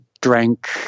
drank